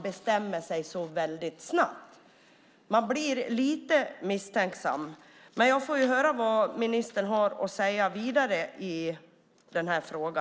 Jag blir lite misstänksam. Men jag får höra vad ministern mer har att säga i denna fråga.